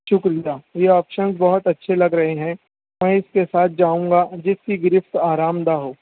شکریہ یہ آپشن بہت اچھے لگ رہے ہیں میں اس کے ساتھ جاؤں گا جس کی گرفت آرام دہ ہو